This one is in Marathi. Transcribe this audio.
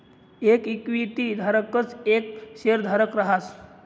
येक इक्विटी धारकच येक शेयरधारक रहास